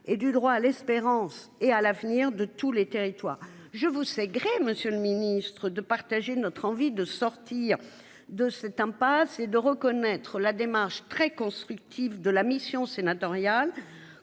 et du droit à l'espérance et à l'avenir de tous les territoires je vous sais gré, Monsieur le Ministre de partager notre envie de sortir de cette impasse et de reconnaître la démarche très constructive de la mission sénatoriale